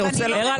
הארגון